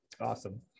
Awesome